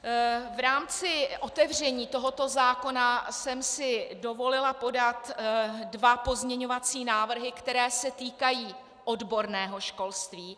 V rámci otevření tohoto zákona jsem si dovolila podat dva pozměňovací návrhy, které se týkají odborného školství.